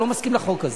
אני לא מסכים לחוק הזה.